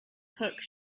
cook